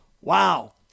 Wow